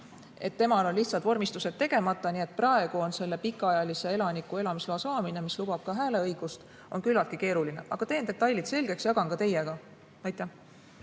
vajalikud] vormistused tegemata. Nii et praegu on selle pikaajalise elaniku elamisloa saamine, mis lubab ka hääleõigust, küllaltki keeruline. Aga teen detailid selgeks ja jagan ka teiega. See,